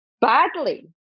badly